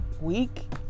week